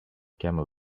camel